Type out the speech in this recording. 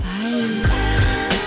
bye